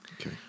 Okay